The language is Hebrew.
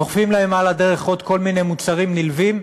דוחפים להם על הדרך עוד כל מיני מוצרים נלווים.